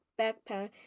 backpack